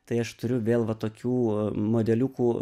tai aš turiu vėl va tokių modeliukų